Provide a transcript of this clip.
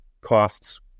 costs